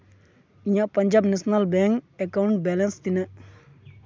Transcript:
ᱤᱧᱟᱹᱜ Punjab National Bank account balance ᱛᱤᱱᱟᱹᱜ